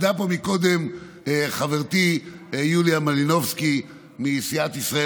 עמדה פה קודם חברתי יוליה מלינובסקי מסיעת ישראל